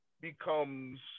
becomes